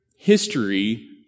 history